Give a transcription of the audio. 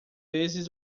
vezes